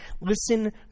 Listen